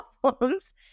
problems